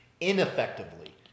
Ineffectively